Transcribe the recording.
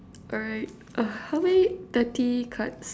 alright how many thirty cards